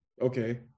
Okay